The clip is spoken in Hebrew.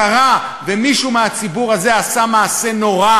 קרה ומישהו מהציבור הזה עשה מעשה נורא